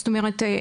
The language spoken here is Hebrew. זאת אומרת,